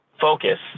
focus